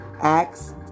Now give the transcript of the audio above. Acts